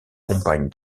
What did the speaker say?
compagne